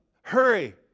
Hurry